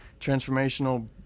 transformational